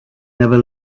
never